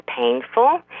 painful